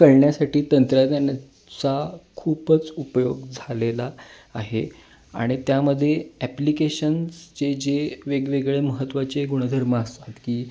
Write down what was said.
कळण्यासाठी तंत्रज्ञानाचा खूपच उपयोग झालेला आहे आणि त्यामध्ये ॲप्लिकेशन्सचे जे वेगवेगळे महत्त्वाचे गुणधर्म असतात की